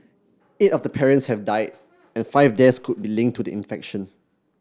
eight of the patients have died and five deaths could be linked to the infection